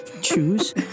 choose